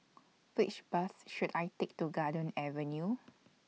Which Bus should I Take to Garden Avenue